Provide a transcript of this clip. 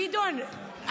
גדעון,